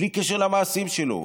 בלי קשר למעשים שלו: